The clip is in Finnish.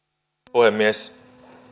puhemies